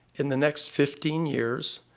in the next fifteen years,